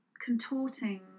contorting